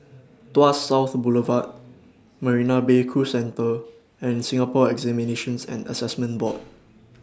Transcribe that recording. Tuas South Boulevard Marina Bay Cruise Centre and Singapore Examinations and Assessment Board